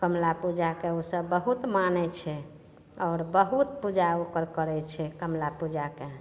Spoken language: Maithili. कमला पूजाके ओसभ बहुत मानै छै आओर बहुत पूजा ओकर करै छै कमला पूजाके